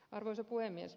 arvoisa puhemies